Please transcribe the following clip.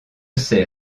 sais